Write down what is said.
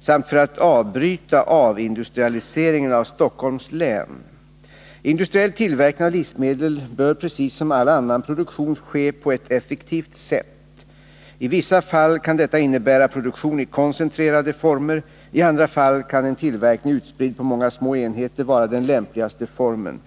samt för att avbryta avindustrialiseringen av Stockholms län. Industriell tillverkning av livsmedel bör precis som all annan produktion ske på ett effektivt sätt. I vissa fall kan detta innebära produktion i koncentrerade former. I andra fall kan en tillverkning utspridd på många små enheter vara den lämpligaste formen.